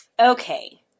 Okay